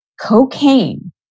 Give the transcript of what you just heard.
cocaine